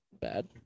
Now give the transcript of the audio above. bad